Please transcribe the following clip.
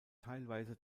teilweise